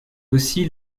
aussi